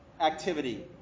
activity